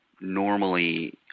normally